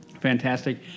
fantastic